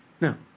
No